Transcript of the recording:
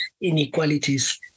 inequalities